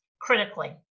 critically